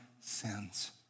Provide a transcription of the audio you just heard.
sins